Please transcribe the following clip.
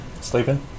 Sleeping